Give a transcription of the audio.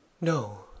No